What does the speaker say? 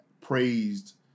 praised